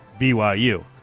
BYU